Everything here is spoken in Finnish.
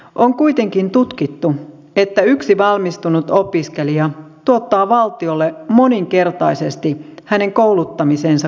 on kuitenkin tutkittu että yksi valmistunut opiskelija tuottaa valtiolle moninkertaisesti hänen kouluttamiseensa kuluneen rahan